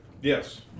Yes